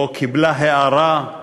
או קיבלה הארה,